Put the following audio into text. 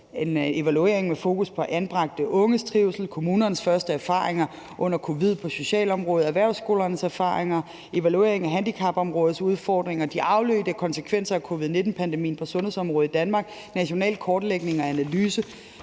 evaluering med fokus på anbragte unges trivsel, kommunernes første erfaring under covid-19 på socialområdet, erhvervsskolernes erfaring, evaluering af handicapområdets udfordringer, de afledte konsekvenser af covid-19-pandemien på sundhedsområdet i Danmark, national kortlægning og analyse,